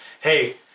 Hey